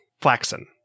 Flaxen